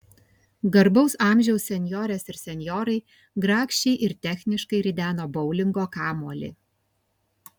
garbaus amžiaus senjorės ir senjorai grakščiai ir techniškai rideno boulingo kamuolį